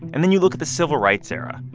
and then you look at the civil rights era,